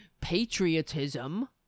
patriotism